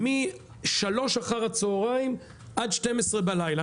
משלוש אחר הצוהריים עד 12 בלילה,